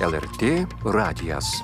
lrt radijas